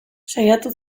saiatu